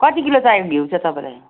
कति किलो चाहिएको घिउ चाहिँ तपाईँलाई